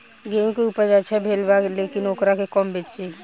गेहूं के उपज अच्छा भेल बा लेकिन वोकरा के कब बेची?